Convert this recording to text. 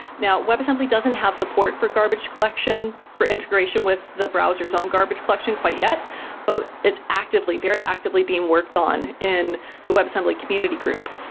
now, web assembly doesn't have support for garbage collection for integration with the browser s own garbage collection quite yet but it's actively very actively being worked on in the web assembly community group.